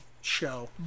show